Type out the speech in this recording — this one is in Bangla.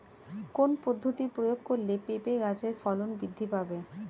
কোন পদ্ধতি প্রয়োগ করলে পেঁপে গাছের ফলন বৃদ্ধি পাবে?